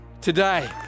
today